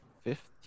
fifth